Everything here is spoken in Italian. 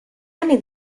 anni